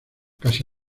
casi